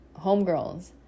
homegirls